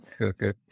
Okay